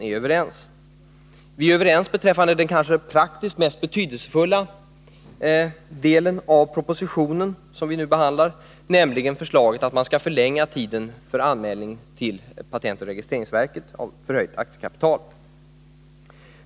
Vi är för det första överens beträffande den praktiskt kanske mest betydelsefulla delen av propositionen, nämligen förslaget att man skall förlänga tiden för anmälning till patentoch registreringsverket av förhöjt aktiekapital.